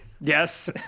Yes